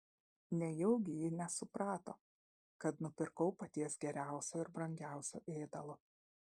nejaugi ji nesuprato kad nupirkau paties geriausio ir brangiausio ėdalo